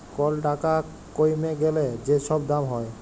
call টাকা কইমে গ্যালে যে ছব দাম হ্যয়